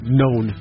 known